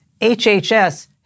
HHS